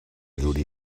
duri